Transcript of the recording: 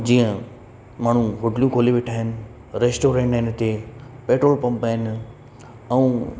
जीअं माण्हू होटलूं खोले वेठा आहिनि रेस्टोरेंट आहिनि इते पेट्रोल पंप आहिनि ऐं